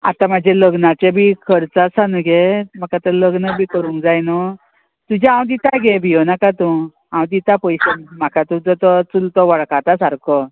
आतां म्हाजे लग्नाचे बी खर्च आसा न्हू गे म्हाका आतां लग्न बी करूंक जाय न्हू तुजे हांव दिता गे भियो नाका तूं हांव दिता पयशे म्हाका तुजो तो चुलतो वळखाता सारको